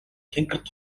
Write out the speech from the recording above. тэнгэрт